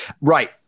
Right